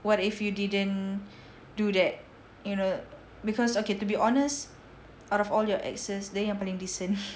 what if you didn't do that you know because okay to be honest out of all your exes dia yang paling decent